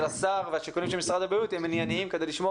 השר והשיקולים של משרד הבריאות הם עניינים כדי לשמור